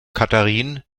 catherine